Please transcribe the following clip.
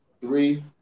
three